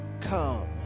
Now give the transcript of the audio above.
come